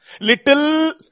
Little